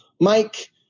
Mike